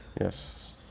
Yes